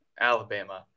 Alabama